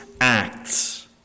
acts